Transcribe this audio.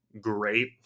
great